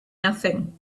nothing